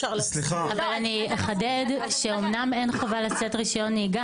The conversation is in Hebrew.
אני אחדד שאומנם אין חובה לשאת רישיון נהיגה